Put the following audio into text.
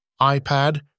iPad